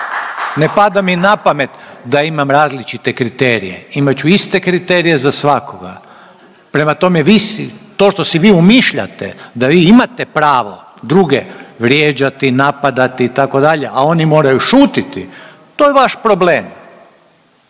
Ne pada mi na pamet da imam različite kriterije. Imat ću iste kriterije za svakoga. Prema tome, vi si to što si vi umišljate da vi imate pravo druge vrijeđati, napadati itd., a oni moraju šutiti to je vaš problem,